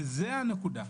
וזו הנקודה.